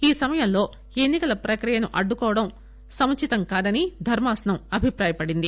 ఈ సమయంలో ఎన్ని కల ప్రక్రియను అడ్డుకోవడం సముచితం కాదని ధర్మాసనం అభిప్రాయపడింది